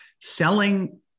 selling